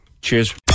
Cheers